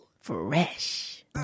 Fresh